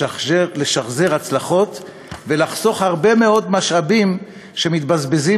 לשחזר הצלחות ולחסוך הרבה מאוד משאבים שמתבזבזים